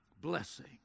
blessing